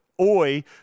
oi